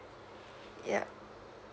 yeah